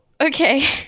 okay